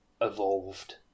evolved